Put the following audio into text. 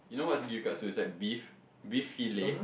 you know what's gyukatsu it's like beef beef fillet